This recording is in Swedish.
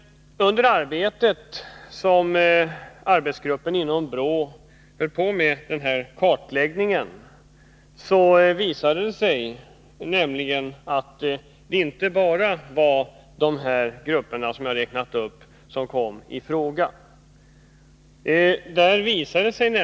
Medan arbetsgruppen inom BRÅ höll på med denna kartläggning visade det sig nämligen att det inte bara var de grupper som jag har räknat upp som kom i fråga.